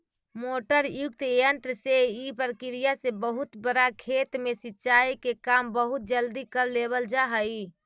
motor युक्त यन्त्र से इ प्रक्रिया से बहुत बड़ा खेत में सिंचाई के काम बहुत जल्दी कर लेवल जा हइ